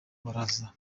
baraza